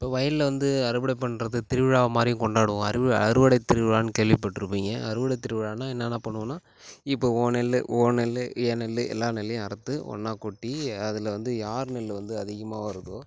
இப்போ வயல்ல வந்து அறுவடை பண்ணுறது திருவிழா மாதிரி கொண்டாடுவோம் அறுவ அறுவடைத் திருவிழான்னு கேள்விப்பட்டிருப்பீங்க அறுவடைத் திருவிழான்னா என்னன்னா பண்ணுவோம்னா இப்போ உன் நெல் உன் நெல் என் நெல் எல்லா நெல்லையும் அறுத்து ஒன்றா கொட்டி அதில் வந்து யார் நெல் வந்து அதிகமாக வருதோ